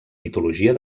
mitologia